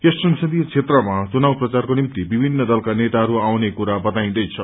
यस संसदीय क्षेत्रमा ाचुनाव प्रचारको निम्ति विमिन्न दलका नेताहरू आउने कुरा गरिंदैछ